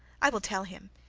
i will tell him.